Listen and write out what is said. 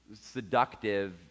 seductive